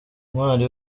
ntwari